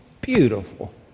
beautiful